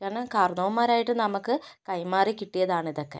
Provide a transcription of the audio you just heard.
കാരണം കാരണവന്മാരായിട്ട് നമുക്ക് കൈമാറി കിട്ടിയതാണിതൊക്കെ